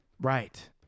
Right